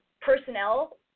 personnel